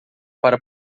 para